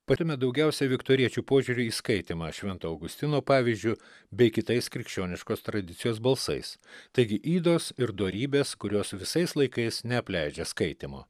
parime daugiausia viktoriečių požiūrį į skaitymą švento augustino pavyzdžiu bei kitais krikščioniškos tradicijos balsais taigi ydos ir dorybės kurios visais laikais neapleidžia skaitymo